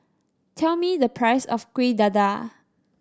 tell me the price of Kuih Dadar